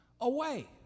away